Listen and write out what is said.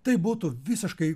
tai būtų visiškai